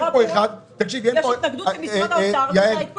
יש התנגדות של משרד האוצר לעדכון